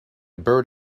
bird